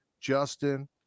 Justin